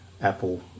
Apple